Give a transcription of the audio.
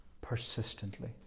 persistently